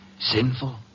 Sinful